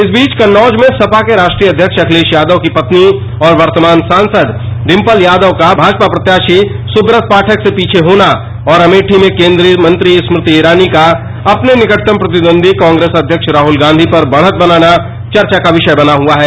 इस बीच कन्नौज में सपा के राश्ट्रीय अध्यक्ष अखिलेष यादव की धर्मपत्नी और निवर्तमान सांसद डिम्पल यादव का भाजपा प्रत्याषी सुब्रत पाठक से पीछे होना और अमेठी में केन्द्रीय स्मृति ईरानी का अपने निकटतम प्रतिद्वंदी कांग्रेस अध्यक्ष राहल गांधी पर बढत बनाना लोगों में चर्चा का विशय बना हुआ है